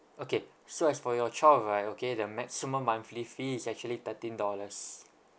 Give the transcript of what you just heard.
okay so as for your child right okay the maximum monthly fee is actually thirteen dollars